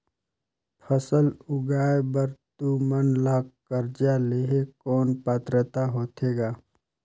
फसल उगाय बर तू मन ला कर्जा लेहे कौन पात्रता होथे ग?